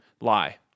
Lie